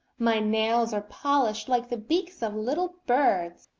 my nails are polished like the beaks of little birds.